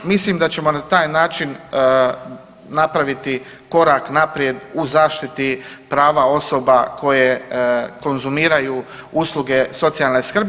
Mislim da ćemo na taj način napraviti korak naprijed u zaštiti prava osoba koje konzumiraju usluge socijalne skrbi.